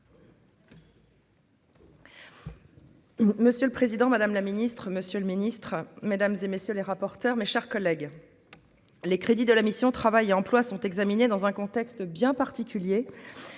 Monsieur le Président, Madame la Ministre, Monsieur le Ministre, Mesdames et messieurs les rapporteurs, mes chers collègues, les crédits de la mission Travail et emploi sont examinées dans un contexte bien particulier,